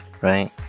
right